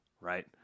Right